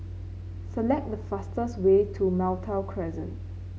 select the fastest way to Malta Crescent